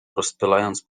rozpylając